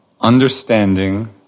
understanding